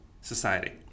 society